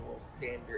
standard